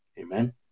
Amen